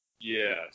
Yes